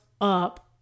up